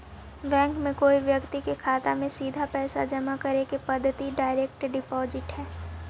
bank में कोई व्यक्ति के खाता में सीधा पैसा जमा करे के पद्धति डायरेक्ट डिपॉजिट हइ